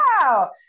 wow